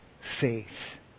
faith